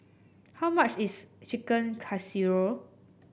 how much is Chicken Casserole